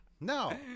No